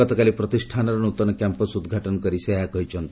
ଗତକାଲି ପ୍ରତିଷ୍ଠାନର ନୃତନ କ୍ୟାମ୍ପସ୍ ଉଦ୍ଘାଟନ କରି ସେ ଏହା କହିଛନ୍ତି